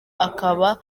akaba